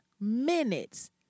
minutes